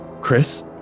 Chris